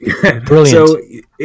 brilliant